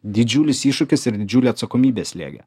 didžiulis iššūkis ir didžiulė atsakomybė slėgė